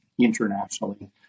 internationally